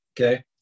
Okay